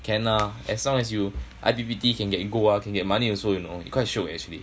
can lah as long as you I_P_P_T can get gold ah can get money also you know quite shiok eh actually